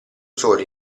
sole